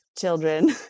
children